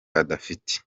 adafite